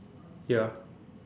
ya